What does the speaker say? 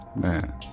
man